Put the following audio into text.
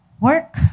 work